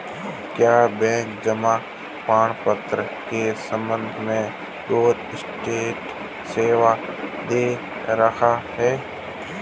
क्या बैंक जमा प्रमाण पत्र के संबंध में डोरस्टेप सेवाएं दे रहा है?